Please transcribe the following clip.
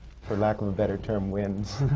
for lack of a better term, wins.